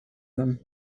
them